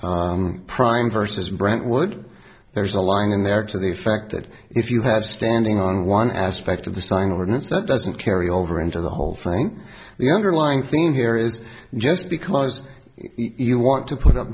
prime versus brentwood there's a line in there to the fact that if you have standing on one aspect of the sign ordinance that doesn't carry over into the whole thing the underlying theme here is just because you want to put up